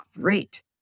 great